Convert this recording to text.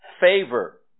favor